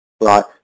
Right